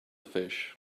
fish